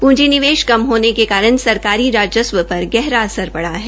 पूंजी निवेश कम होने के कारण सरकारी राजस्व पर गहरा असर पड़ा है